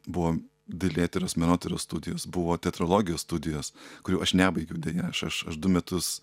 buvo dailėtyros menotyros studijos buvo teatrologijos studijos kurių aš nebaigiau deja aš aš aš du metus